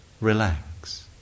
relax